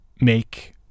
make